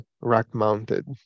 rack-mounted